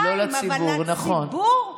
אבל לציבור?